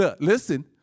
Listen